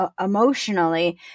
emotionally